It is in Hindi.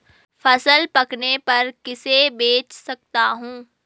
फसल पकने पर किसे बेच सकता हूँ?